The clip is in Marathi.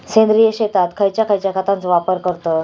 सेंद्रिय शेतात खयच्या खयच्या खतांचो वापर करतत?